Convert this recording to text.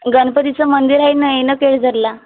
गणपतीचं मंदिर आहे नाही न केळजरला